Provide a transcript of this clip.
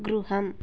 गृहम्